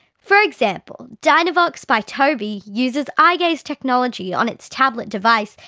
for example, dynavox by tobii uses eye-gaze technology on its tablet device,